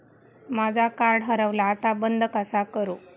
माझा कार्ड हरवला आता बंद कसा करू?